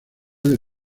del